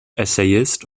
essayist